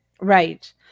right